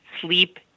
sleep